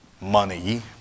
money